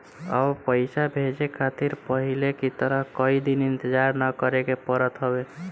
अब पइसा भेजे खातिर पहले की तरह कई दिन इंतजार ना करेके पड़त हवे